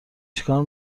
چیکار